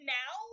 now